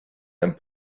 and